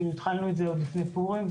כי התחלנו את זה לפני פורים.